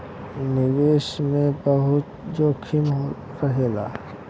निवेश मे बहुते जोखिम रहेला